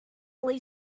lay